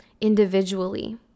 individually